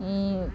এই